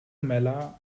mella